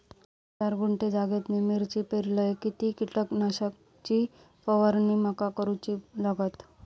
चार गुंठे जागेत मी मिरची पेरलय किती कीटक नाशक ची फवारणी माका करूची लागात?